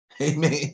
Amen